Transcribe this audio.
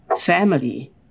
Family